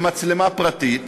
במצלמה פרטית,